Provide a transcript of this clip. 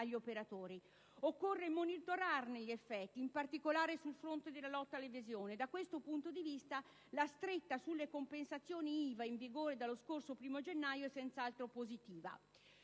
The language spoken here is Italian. operatori. Occorre monitorarne gli effetti, in particolare sul fronte della lotta all'evasione. Da questo punto di vista, la stretta sulle compensazioni IVA in vigore dallo scorso 1° gennaio è senz'altro positiva.